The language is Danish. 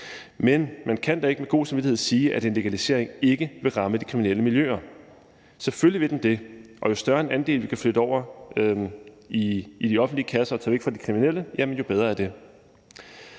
Men man kan da ikke med god samvittighed sige, at en legalisering ikke vil ramme de kriminelle miljøer. Selvfølgelig vil den det, og jo større en andel, vi kan flytte over i de offentlige kasser og tage væk fra de kriminelle, jo bedre er det.